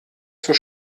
zur